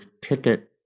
ticket